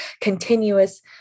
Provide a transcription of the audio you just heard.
continuous